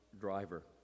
driver